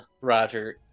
Roger